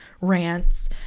rants